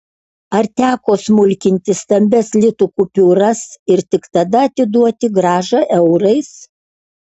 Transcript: ar teko smulkinti stambias litų kupiūras ir tik tada atiduoti grąžą eurais